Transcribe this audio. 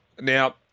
Now